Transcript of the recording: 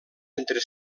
entre